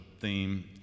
theme